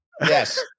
Yes